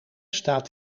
staat